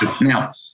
now